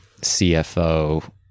CFO